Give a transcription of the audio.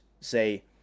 say